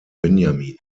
benjamin